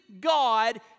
God